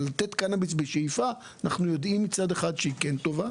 אבל אנחנו יודעים שנתינת קנביס בשאיפה היא טובה